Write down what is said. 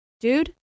dude